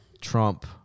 Trump